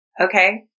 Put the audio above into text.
Okay